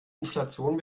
inflation